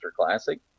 Classic